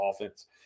offense